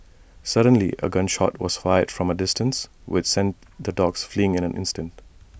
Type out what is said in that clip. suddenly A gun shot was fired from A distance which sent the dogs fleeing in an instant